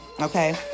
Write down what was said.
okay